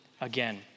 again